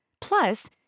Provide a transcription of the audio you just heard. Plus